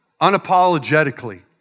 unapologetically